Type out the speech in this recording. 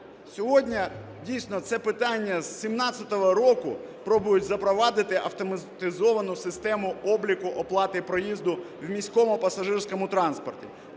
Сьогодні дійсно це питання, з 17-го року пробують запровадити автоматизовану систему обліку оплати проїзду в міському пасажирському транспорті.